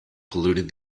polluted